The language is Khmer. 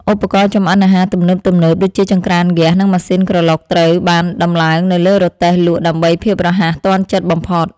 ឧបករណ៍ចម្អិនអាហារទំនើបៗដូចជាចង្រ្កានហ្គាស និងម៉ាស៊ីនក្រឡុកត្រូវបានដំឡើងនៅលើរទេះលក់ដើម្បីភាពរហ័សទាន់ចិត្តបំផុត។